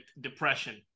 depression